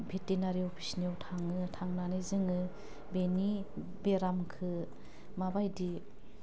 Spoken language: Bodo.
भिटिनारि अफिसनिआव थाङो थानानै जोङो बेनि बेरामखौ माबायदि